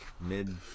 mid